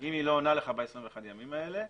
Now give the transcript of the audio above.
אם היא לא עונה לך במשך 21 הימים האלה,